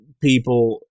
people